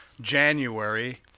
January